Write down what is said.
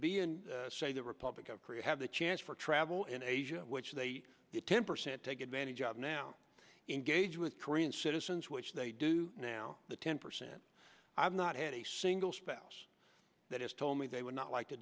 say the republic of korea have a chance for travel in asia which they did ten percent take advantage of now engage with korean citizens which they do now the ten percent i've not had a single spouse that has told me they would not like to